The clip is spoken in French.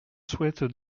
souhaite